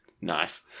nice